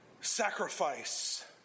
sacrifice